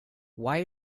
why